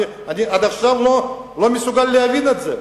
עד עכשיו אני לא מסוגל להבין את זה,